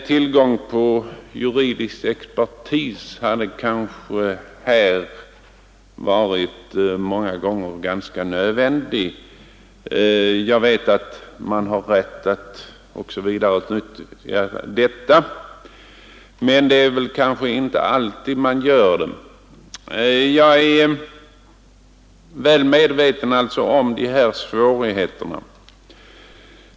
Tillgång på juridisk expertis skulle då många gånger vara nödvändig. Jag vet att man har rätt att utnyttja sådan expertis men man gör det kanske inte alltid. Jag är alltså väl medveten om svårigheterna.